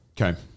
okay